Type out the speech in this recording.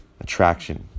attraction